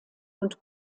und